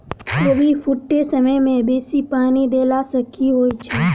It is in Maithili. कोबी फूटै समय मे बेसी पानि देला सऽ की होइ छै?